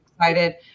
excited